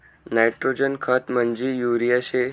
nitrogen खत म्हंजी urea शे